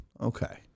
Okay